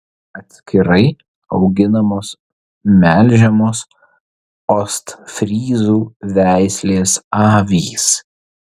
atskirai auginamos melžiamos ostfryzų veislės avys